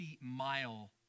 mile